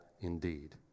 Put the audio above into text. indeed